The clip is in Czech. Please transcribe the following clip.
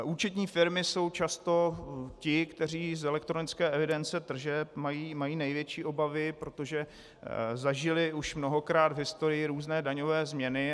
Účetní firmy jsou často ty, které z elektronické evidence tržeb mají největší obavy, protože zažily už mnohokrát v historii různé daňové změny.